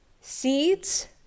Seeds